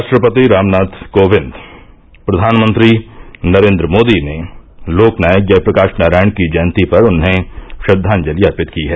राष्ट्रपति रामनाथ कोविंद और प्रधानमंत्री नरेन्द्र मोदी ने लोकनायक जयप्रकाश नारायण की जयंती पर उन्हें श्रद्वांजलि अर्पित की है